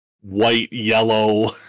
white-yellow